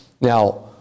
Now